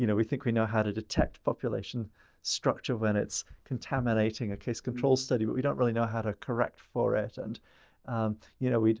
you know we think we know how to detect population structure when it's contaminating a case control study, but we don't really know how to correct for it. and you know,